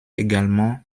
également